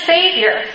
Savior